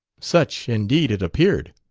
such, indeed, it appeared.